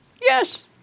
Yes